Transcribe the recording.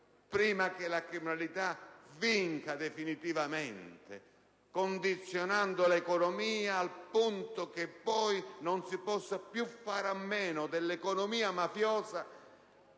e che la criminalità vinca definitivamente, condizionando l'economia al punto che poi non si possa più fare a meno dell'economia mafiosa